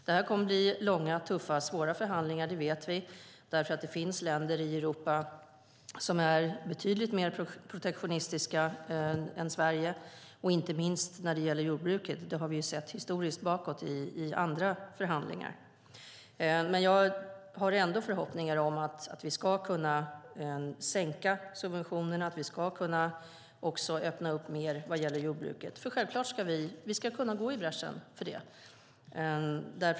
Det kommer att bli långa, tuffa och svåra förhandlingar. Det vet vi. Det finns länder i Europa som är betydligt mer protektionistiska än Sverige inte minst när det gäller jordbruket. Det har vi sett bakåt historiskt i andra förhandlingar. Jag har ändå förhoppningar om att vi ska kunna sänka subventionerna och öppna mer för jordbruket. Vi ska kunna gå i bräschen för det.